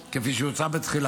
כפי שהוצע בתחילה,